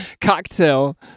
cocktail